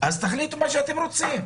אז תחליטו מה אתם רוצים.